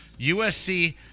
USC